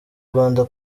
rwanda